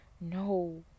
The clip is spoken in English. No